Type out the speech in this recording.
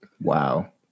Wow